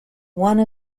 one